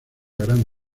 gran